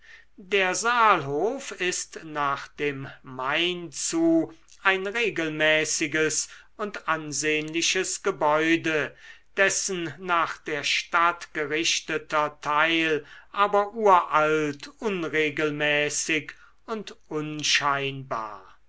der saalhof ist nach dem main zu ein regelmäßiges und ansehnliches gebäude dessen nach der stadt gerichteter teil aber uralt unregelmäßig und unscheinbar